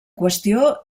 qüestió